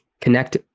connect